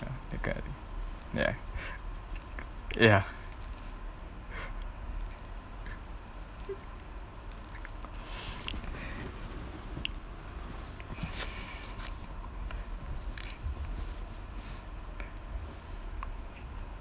ya ya